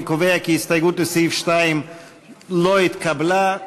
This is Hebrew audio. אני קובע כי ההסתייגות לסעיף 2 לא התקבלה.